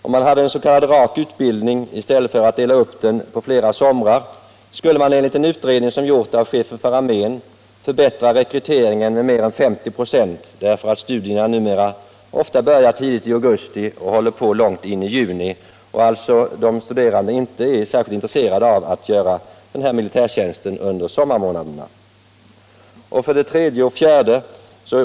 Om man hade en s.k. rak utbildning i stället för en som är uppdelad på flera somrar skulle man enligt en utredning som gjorts av chefen för armén förbättra rekryteringen med mer än 50 96 därför att studierna numera ofta börjar tidigt i augusti och håller på långt in i juni och de studerande då inte är särskilt intresserade av att göra denna militärtjänst 3 och 4.